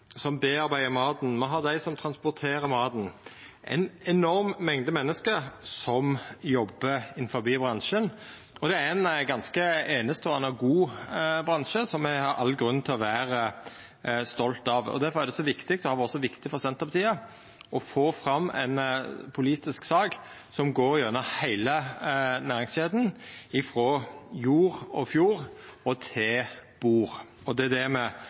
som bearbeider maten, og me har dei som transporterer maten. Det er ei enorm mengd menneske som jobbar innanfor bransjen, og det er ein ganske eineståande og god bransje som me har all grunn til å vera stolte av. Difor er det så viktig, og det har vore så viktig for Senterpartiet, å få fram ei politisk sak som går igjennom heile næringskjeda – frå jord og fjord til bord. Og det er det